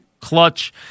clutch